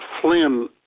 Flynn